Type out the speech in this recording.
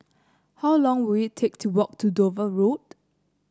how long will it take to walk to Dover Road